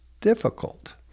difficult